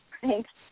Thanks